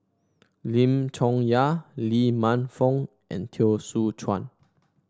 Lim Chong Yah Lee Man Fong and Teo Soon Chuan